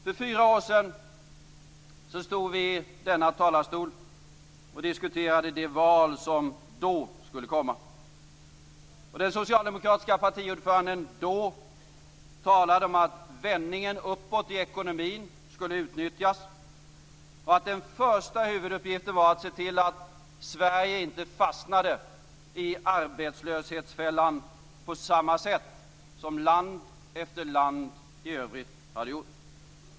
För fyra år sedan stod vi i denna talarstol och diskuterade det val som då skulle komma. Den dåvarande socialdemokratiske partiordföranden talade om att vändningen uppåt i ekonomin skulle utnyttjas och att den första huvuduppgiften var att se till att Sverige inte fastnade i arbetslöshetsfällan på samma sätt som land efter land i övrigt hade gjort.